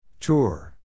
Tour